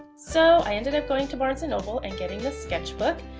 so i ended up going to barnes and noble and getting this sketchbook.